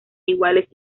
iguales